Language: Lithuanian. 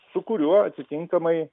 su kuriuo atitinkamai